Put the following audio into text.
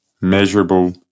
measurable